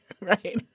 Right